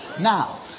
Now